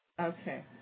Okay